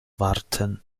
warten